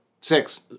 six